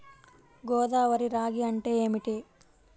గోదావరి రాగి అంటే ఏమిటి?